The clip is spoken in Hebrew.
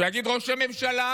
שיגיד ראש הממשלה: